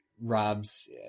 Rob's